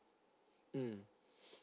mm